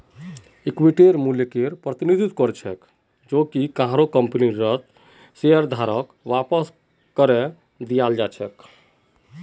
इक्विटीर मूल्यकेर प्रतिनिधित्व कर छेक जो कि काहरो कंपनीर शेयरधारकत वापस करे दियाल् जा छेक